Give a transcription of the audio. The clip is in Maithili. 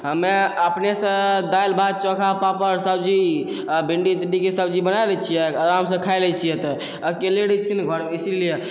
हमे अपनेसँ दालि भात चोखा पापड़ सब्जी आओर भिन्डी तिन्डीके सब्जी बना लै छिए आरामसँ खाइ लै छिए तऽ अकेले रहै छिए ने घरमे इसीलिए